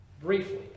briefly